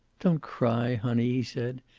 don't cry, honey, he said.